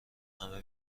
همه